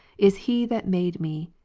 is he that made me,